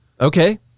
Okay